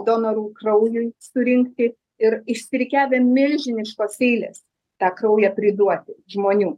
donorų kraujui surinkti ir išsirikiavę milžiniškos eilės tą kraują priduoti žmonių